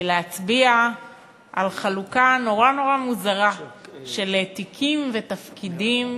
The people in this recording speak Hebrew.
להצביע על חלוקה נורא נורא מוזרה של תיקים ותפקידים.